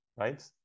right